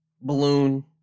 balloon